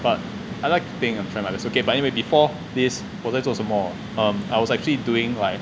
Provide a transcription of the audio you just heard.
but I like being in front it's okay but anyway before this 我在做什么 I was actually doing like